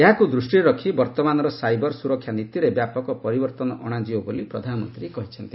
ଏହାକୁ ଦୃଷ୍ଟିରେ ରଖି ବର୍ଉମାନର ସାଇବର ସୁରକ୍ଷା ନୀତିରେ ବ୍ୟାପକ ପରିବର୍ତ୍ତନ ଅଣାଯିବ ବୋଲି ପ୍ରଧାନମନ୍ତ୍ରୀ କହିଚ୍ଚନ୍ତି